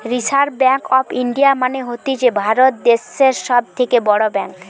reserve Bank of India মানে হতিছে ভারত দ্যাশের সব থেকে বড় ব্যাঙ্ক